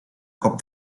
cop